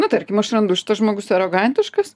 na tarkim aš randu šitas žmogus arogantiškas